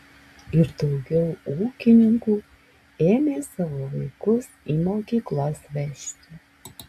ir daugiau ūkininkų ėmė savo vaikus į mokyklas vežti